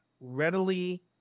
readily